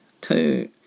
two